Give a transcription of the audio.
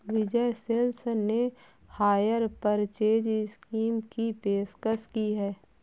विजय sales ने hire purchase scheme की पेशकश की हैं